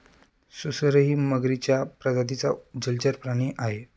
सुसरही मगरीच्या प्रजातीचा जलचर प्राणी आहे